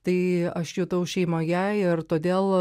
tai aš jutau šeimoje ir todėl